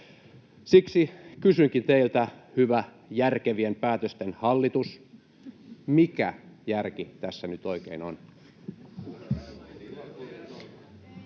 Siksi kysynkin teiltä, hyvä järkevien päätösten hallitus: mikä järki tässä nyt oikein on?